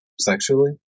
sexually